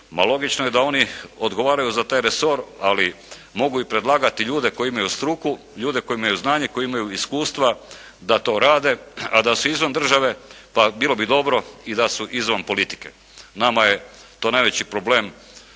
logično je da oni odgovaraju za taj resor, ali mogu i predlagati ljude koji imaju struke, ljude koji imaju znanje, koji imaju iskustva da to rade, a da su izvan države, pa bilo bi dobro i da su izvan politike. Nama je to najveći problem